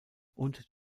und